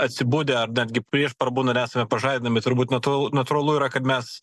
atsibudę ar netgi prieš parbun ir esame pažadinami turbūt natūrl natūralu yra kad mes